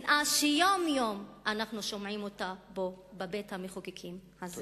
שנאה שיום-יום אנחנו שומעים אותה פה בבית-המחוקקים הזה.